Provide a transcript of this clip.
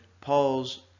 Paul's